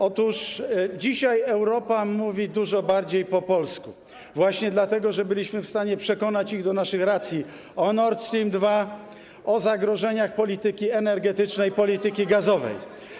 Otóż dzisiaj Europa mówi dużo bardziej po polsku właśnie dlatego, że byliśmy w stanie przekonać ją do naszych racji co do Nord Stream 2, co do zagrożeń polityki energetycznej i polityki gazowej.